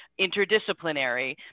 interdisciplinary